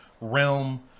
realm